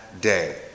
day